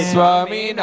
Swami